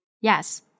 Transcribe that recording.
Yes